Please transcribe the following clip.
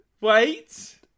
Wait